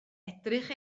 edrych